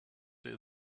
day